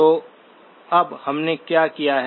तो अब हमने क्या किया है